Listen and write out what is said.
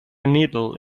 needle